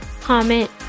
comment